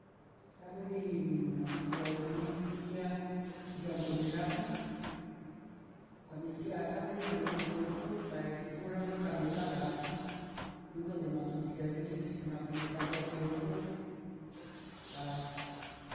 Sabuni mm- matumizi yayo nifulia fulia nguo nkshafu kwa mefia sabuni kamedua ipufo kwa estura nguo ikamela basi ningule matumizi ya wekwete ngisi matumia isampia fyombo basi